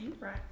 Right